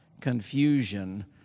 confusion